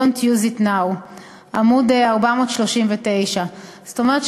don't use it now"; עמוד 439. זאת אומרת,